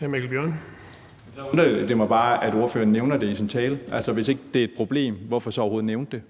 ikke det er et problem, hvorfor så overhovedet nævne det?